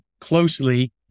closely